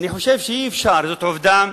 שזאת עובדה